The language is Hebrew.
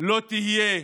לא תהיה,